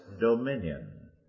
dominion